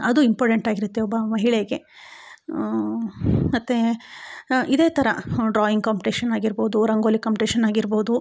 ಅದೂ ಇಂಪಾರ್ಟೆಂಟ್ ಆಗಿರುತ್ತೆ ಒಬ್ಬ ಮಹಿಳೆಗೆ ಮತ್ತು ಇದೆ ಥರ ಡ್ರಾಯಿಂಗ್ ಕಾಂಪಿಟಿಶನ್ ಆಗಿರ್ಬೋದು ರಂಗೋಲಿ ಕಾಂಪಿಟಿಶನ್ ಆಗಿರ್ಬೋದು